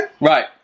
Right